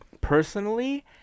personally